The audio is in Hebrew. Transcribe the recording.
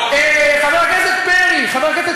אני רק שואל: האם קראת לו להתפטר,